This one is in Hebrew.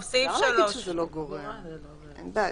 סעיף 3, בבקשה.